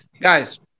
Guys